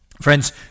Friends